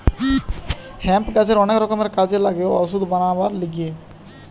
hemp গাছের অনেক রকমের কাজে লাগে ওষুধ বানাবার লিগে